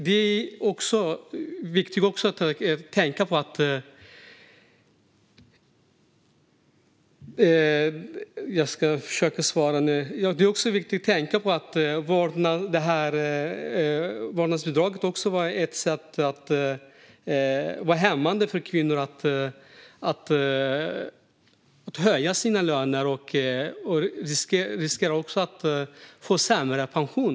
Det är också viktigt att tänka på att vårdnadsbidraget var hämmande för kvinnor när det gällde att höja sina löner. De riskerade också att få sämre pension.